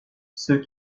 ceux